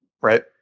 right